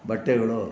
ಬಟ್ಟೆಗಳು